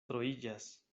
troiĝas